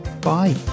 bye